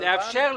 תכף נברר.